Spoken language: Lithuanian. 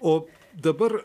o dabar